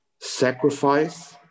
sacrifice